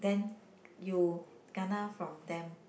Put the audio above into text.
then you kena from them